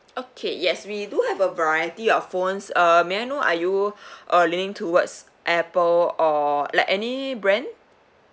okay yes we do have a variety of phones uh may I know are you uh leaning towards Apple or like any brand